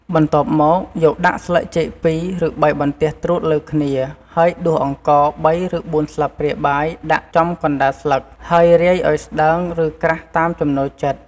បន្ទាប់់មកយកដាក់ស្លឹកចេក២ ឬ៣បន្ទះត្រួតលើគ្នា ហើយដួសអង្ករ ៣ឬ៤ស្លាបព្រាបាយដាក់ចំកណ្ដាលស្លឹក ហើយរាយឱ្យស្ដើង ឬក្រាស់តាមចំណូលចិត្ត។